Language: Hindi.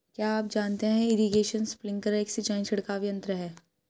क्या आप जानते है इरीगेशन स्पिंकलर एक सिंचाई छिड़काव यंत्र है?